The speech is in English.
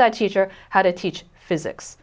that teacher how to teach physics